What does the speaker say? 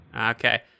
Okay